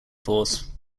force